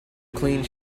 clean